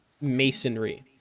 masonry